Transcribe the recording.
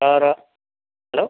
तर हॅलो